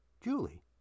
Julie